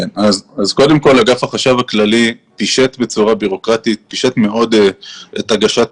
אגף החשב הכללי פישט מאוד בצורה בירוקרטית את הגשת